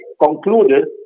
concluded